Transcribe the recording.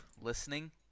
listening